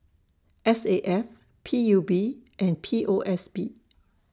S A F P U B and P O S B